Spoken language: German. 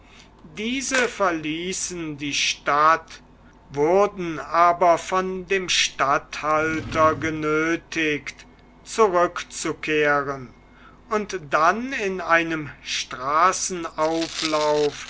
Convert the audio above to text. diese verließen die stadt wurden aber von dem statthalter genötigt zurückzukehren und dann in einem